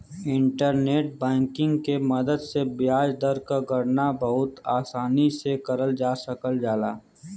internet banking के मदद से ब्याज दर क गणना बहुत आसानी से करल जा सकल जाला